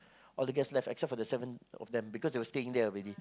all the guest left except for the seven of them because they were staying there already